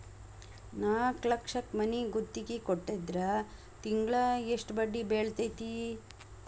ನಾಲ್ಕ್ ಲಕ್ಷಕ್ ಮನಿ ಗುತ್ತಿಗಿ ಕೊಟ್ಟಿದ್ರ ತಿಂಗ್ಳಾ ಯೆಸ್ಟ್ ಬಡ್ದಿ ಬೇಳ್ತೆತಿ?